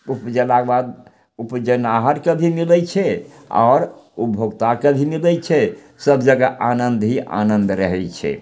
उपजेबाके बाद उपजेनिहार के भी मिलय छै आओर उपभोक्ताके भी मिलय छै सब जगह आनन्द ही आनन्द रहय छै